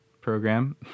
program